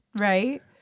Right